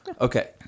Okay